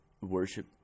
worship